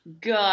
Good